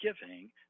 giving